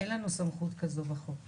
אין לנו סמכות כזאת בחוק.